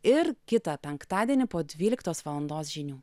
ir kitą penktadienį po dvyliktos valandos žinių